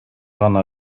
гана